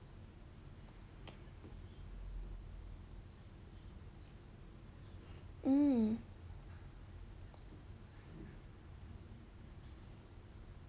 mm